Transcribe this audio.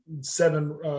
seven